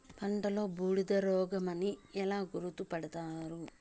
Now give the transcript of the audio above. పంటలో బూడిద రోగమని ఎలా గుర్తుపడతారు?